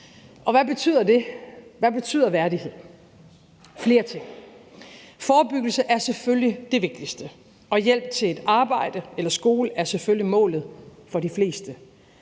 Hvad betyder det? Hvad betyder værdighed? Det betyder flere ting. Forebyggelse er selvfølgelig det vigtigste, og hjælp til et arbejde eller til skole er selvfølgelig målet for de fleste,